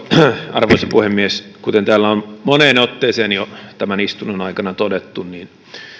arvoisa puhemies kuten täällä on moneen otteeseen jo tämän istunnon aikana todettu niin